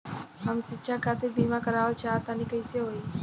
हम शिक्षा खातिर बीमा करावल चाहऽ तनि कइसे होई?